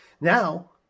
Now